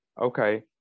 Okay